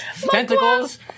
tentacles